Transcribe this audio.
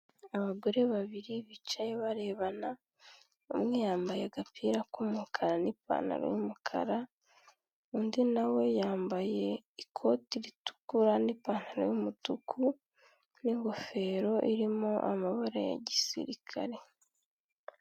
Abagore babiri bicaye barebana umwe yambaye agapira k'umukara n'ipantaro y'umukara undi nawe yambaye ikoti ritukura n'ipantaro y'umutuku n'ingofero irimo amabara ya gisirikare.